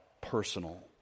personal